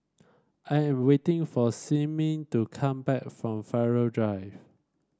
I am waiting for Simmie to come back from Farrer Drive